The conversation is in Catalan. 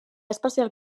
especial